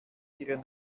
ihre